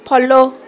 follow